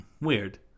Weird